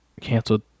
canceled